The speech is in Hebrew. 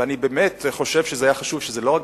ואני באמת חושב שזה היה חשוב שהנושא הזה